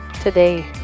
Today